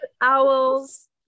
owls